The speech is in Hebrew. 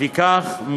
לפיכך,